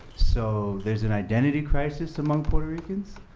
so there's an identity crisis among puerto ricans,